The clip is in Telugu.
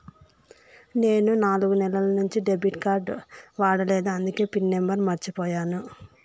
నేను నాలుగు నెలల నుంచి డెబిట్ కార్డ్ వాడలేదు అందికే పిన్ నెంబర్ మర్చిపోయాను